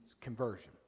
conversion